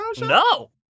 No